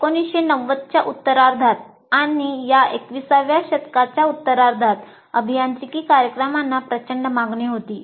1990 च्या उत्तरार्धात आणि या 21 व्या शतकाच्या उत्तरार्धात अभियांत्रिकी कार्यक्रमांना प्रचंड मागणी होती